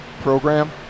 program